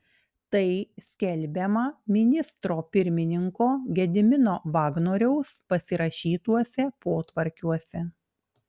tai skelbiama ministro pirmininko gedimino vagnoriaus pasirašytuose potvarkiuose